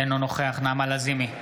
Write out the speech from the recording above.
אינו נוכח נעמה לזימי,